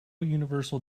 universal